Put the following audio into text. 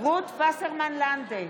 רות וסרמן לנדה,